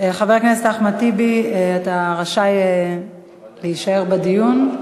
חבר הכנסת אחמד טיבי, אתה רשאי להישאר בדיון.